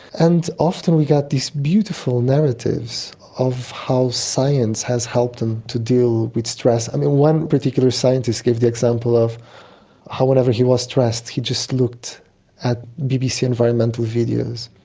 and often we got these beautiful narratives of how science has helped them to deal with stress. one particular scientist gave the example of how whenever he was stressed he just looked at bbc environmental videos,